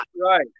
right